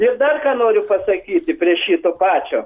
ir dar ką noriu pasakyti prie šito pačio